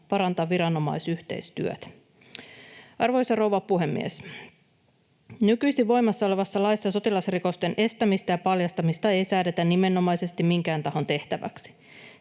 parantaa viranomaisyhteistyötä. Arvoisa rouva puhemies! Nykyisin voimassa olevassa laissa sotilasrikosten estämistä ja paljastamista ei säädetä nimenomaisesti minkään tahon tehtäväksi.